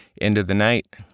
end-of-the-night